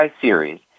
series